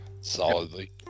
solidly